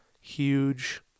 huge